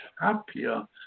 happier